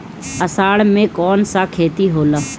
अषाढ़ मे कौन सा खेती होला?